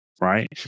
right